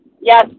yes